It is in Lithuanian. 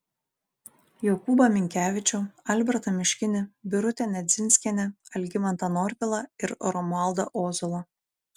jokūbą minkevičių albertą miškinį birutę nedzinskienę algimantą norvilą ir romualdą ozolą